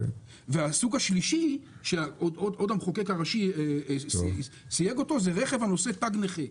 והסוג השלישי שהמחוקק הראשי סייג זה רכב הנושא תג נכה.